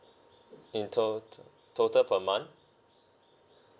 in total total per month